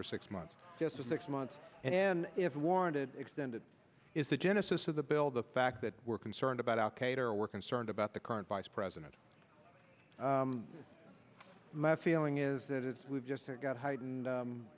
for six months just six months and if warranted extended is the genesis of the bill the fact that we're concerned about al qaeda or we're concerned about the current vice president my feeling is that it's we've just got heightened